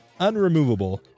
unremovable